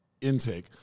intake